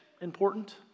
important